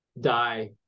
die